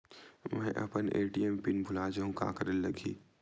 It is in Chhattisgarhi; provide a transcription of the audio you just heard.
मैं अपन ए.टी.एम पिन भुला जहु का करे ला लगही?